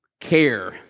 care